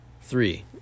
Three